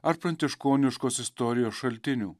ar pranciškoniškos istorijos šaltinių